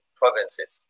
provinces